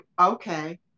okay